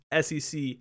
SEC